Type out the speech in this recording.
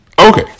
Okay